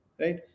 right